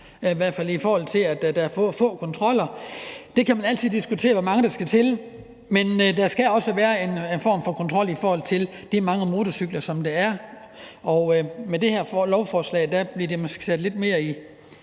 i hvert fald i forhold til at der er for få kontroller. Man kan altid diskutere, hvor mange der skal til, men der skal også være en form for kontrol af de mange motorcykler, der er, og med det her lovforslag bliver det måske sat lidt mere i